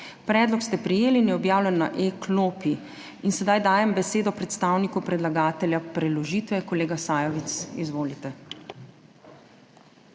Predlog ste prejeli in je objavljen na e-klopi. Sedaj dajem besedo predstavniku predlagatelja preložitve. Kolega Sajovic, izvolite.